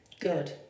Good